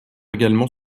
également